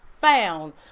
found